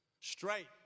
straight